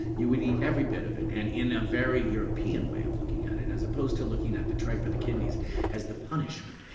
you would eat every bit of it and in a very european way of looking at it. as opposed to looking at the tripe or the kidneys as the punishment,